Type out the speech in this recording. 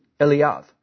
Eliav